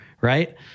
right